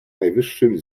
najwyższym